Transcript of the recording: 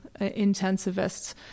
intensivists